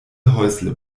häusle